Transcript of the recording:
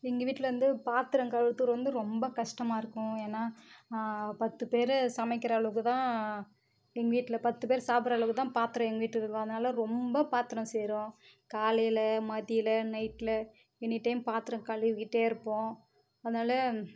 எங்கள் வீட்டில் வந்து பாத்திரம் கழுவுறதுக்கு வந்து ரொம்ப கஷ்டமாக இருக்கும் ஏன்னா பத்து பேர் சமைக்கிற அளவுக்கு தான் எங்கள் வீட்டில் பத்து பேர் சாப்பிடுற அளவுக்கு தான் பாத்திரம் எங்கள் வீட்டில் இருக்கும் அதனால் ரொம்ப பாத்திரம் சேரும் காலையில் மதியில் நைட்டில் எனி டைம் பாத்திரம் கழுவிக்கிட்டே இருப்போம் அதனால்